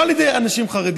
לא על ידי אנשים חרדים,